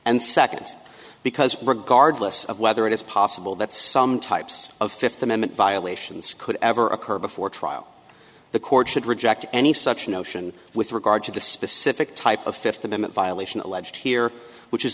and second because regardless of whether it is possible that some types of fifth amendment violations could ever occur before trial the court should reject any such notion with regard to the specific type of fifth amendment violation alleged here which is